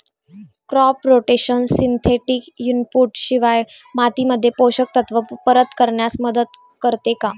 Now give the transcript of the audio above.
Crop rotation synthetic input शिवाय मातीमध्ये पोषक तत्त्व परत करण्यास मदत करते का?